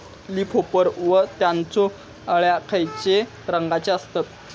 Leaf hopper व त्यानचो अळ्या खैचे रंगाचे असतत?